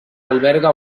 alberga